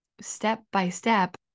step-by-step